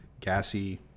gassy